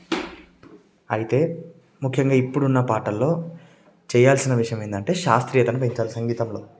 అయితే ముఖ్యంగా ఇప్పుడున్న పాటల్లో చేయాల్సిన విషయం ఏందంటే శాస్త్రీయతను పెంచాలి సంగీతంలో